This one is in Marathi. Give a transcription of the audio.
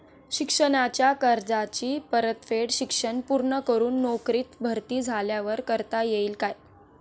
शिक्षणाच्या कर्जाची परतफेड शिक्षण पूर्ण करून नोकरीत भरती झाल्यावर करता येईल काय?